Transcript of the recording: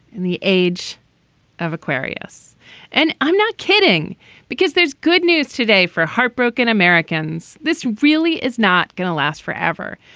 in the age of aquarius and i'm not kidding because there's good news today for heartbroken americans. this really is not going to last forever.